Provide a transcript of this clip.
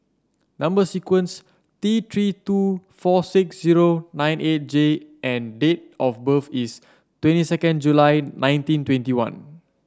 number sequence T Three two four six zero nine eight J and date of birth is twenty second July nineteen twenty one